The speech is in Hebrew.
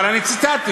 אבל אני ציטטתי.